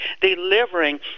delivering